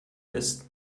ist